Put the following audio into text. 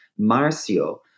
Marcio